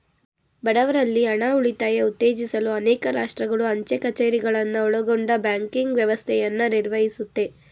ಬಡವ್ರಲ್ಲಿ ಹಣ ಉಳಿತಾಯ ಉತ್ತೇಜಿಸಲು ಅನೇಕ ರಾಷ್ಟ್ರಗಳು ಅಂಚೆ ಕಛೇರಿಗಳನ್ನ ಒಳಗೊಂಡ ಬ್ಯಾಂಕಿಂಗ್ ವ್ಯವಸ್ಥೆಯನ್ನ ನಿರ್ವಹಿಸುತ್ತೆ